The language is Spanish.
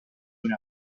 una